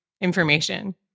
information